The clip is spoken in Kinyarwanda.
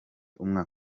umwaka